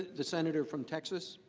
the senator from texas.